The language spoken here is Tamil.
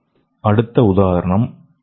அடுத்த உதாரணம் எலும்பு